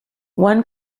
one